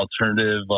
alternative